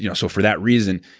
yeah so for that reason,